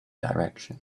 direction